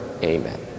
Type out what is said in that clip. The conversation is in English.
amen